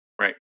Right